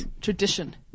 tradition